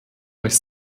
euch